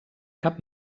cap